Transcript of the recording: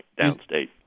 downstate